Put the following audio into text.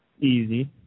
Easy